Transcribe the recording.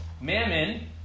Mammon